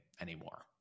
anymore